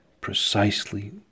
precisely